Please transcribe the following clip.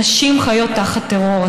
הנשים חיות תחת טרור,